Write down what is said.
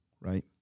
right